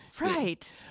Right